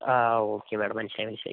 ആ okay madam മനസ്സിലായി മനസ്സിലായി